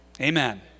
Amen